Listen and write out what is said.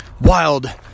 wild